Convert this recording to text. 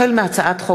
החל בהצעת חוק